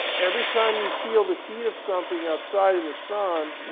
every time you feel the heat of something outside in the sun,